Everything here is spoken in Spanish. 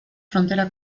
frontera